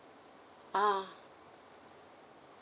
ah